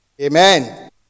Amen